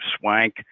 Swank